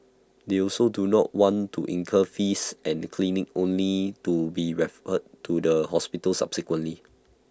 they also do not want to incur fees and clinic only to be referred to the hospital subsequently